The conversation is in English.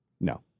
No